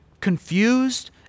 Confused